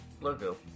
logo